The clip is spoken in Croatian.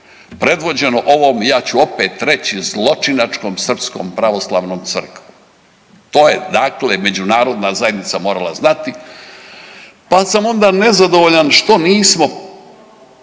predvođeno ovom ja ću opet reći zločinačkom Srpskom pravoslavnom crkvom. To je dakle međunarodna zajednica morala znati. Pa sam onda nezadovoljan što nismo